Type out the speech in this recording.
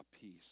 peace